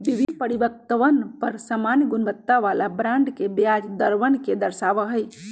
विभिन्न परिपक्वतवन पर समान गुणवत्ता वाला बॉन्ड के ब्याज दरवन के दर्शावा हई